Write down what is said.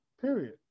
Period